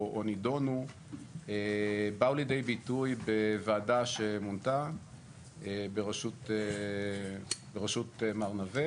נידונו באו לידי ביטוי בוועדה שמונתה בראשות מר נווה,